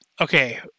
Okay